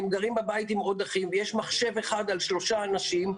בבית עם עוד אחים ויש מחשב אחד על שלושה אנשים.